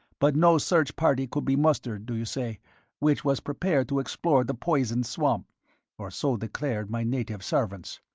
but no search-party could be mustered, do you say which was prepared to explore the poison swamp or so declared my native servants.